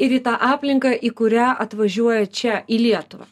ir į tą aplinką į kurią atvažiuoja čia į lietuvą